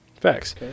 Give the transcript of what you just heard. Facts